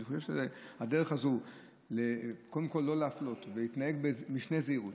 אני חושב שהדרך הזאת לא להפלות ולהתנהג במשנה זהירות,